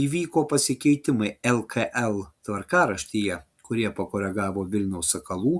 įvyko pasikeitimai lkl tvarkaraštyje kurie pakoregavo vilniaus sakalų